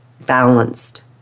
balanced